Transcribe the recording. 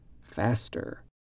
faster